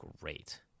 great